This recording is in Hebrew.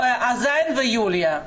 הזין ויוליה.